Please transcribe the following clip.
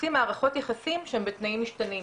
מבססים מערכות יחסים בתנאים משתנים.